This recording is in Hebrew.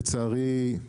לצערי,